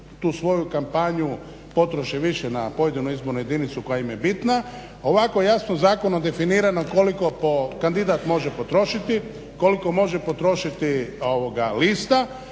tu svoju kampanju potroše više na pojedinu izbornu jedinicu koja im je bitna. Ovako jasno zakonom definirano koliko po, kandidat može potrošiti, kolik može potrošiti lista